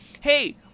hey